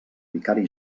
vicari